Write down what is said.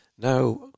now